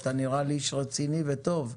אתה נראה לי איש רציני וטוב,